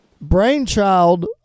brainchild